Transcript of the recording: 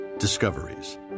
Discoveries